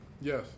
Yes